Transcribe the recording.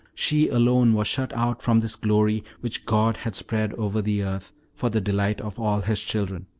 she alone was shut out from this glory which god had spread over the earth for the delight of all his children.